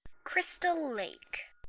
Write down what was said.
crystal lake,